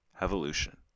Evolution